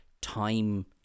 time